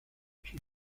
sus